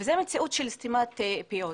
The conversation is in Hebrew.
וזו מציאות של סתימת פיות.